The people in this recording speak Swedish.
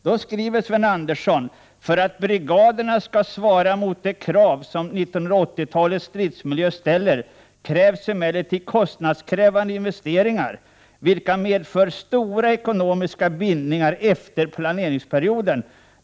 Då skrev Sven Andersson: ”För att brigaderna skall svara mot de krav som 1980-talets stridsmiljö ställer krävs emellertid kostnadskrävande investeringar ——— vilka medför stora ekonomiska bindningar efter planeringsperioden.